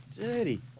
dirty